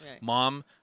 mom